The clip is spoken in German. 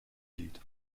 lied